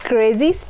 Crazy